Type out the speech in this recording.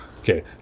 okay